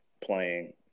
playing